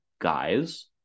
guys